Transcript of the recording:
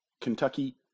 Kentucky